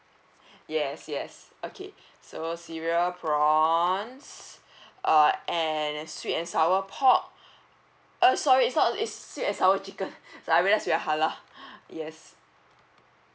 yes yes okay so cereal prawns uh and sweet and sour pork uh sorry it's not it's sweet and sour chicken I realise we are halal yes